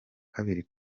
kabiri